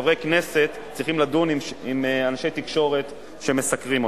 שחברי כנסת צריכים לדון עם אנשי תקשורת שמסקרים אותם.